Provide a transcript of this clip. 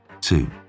Two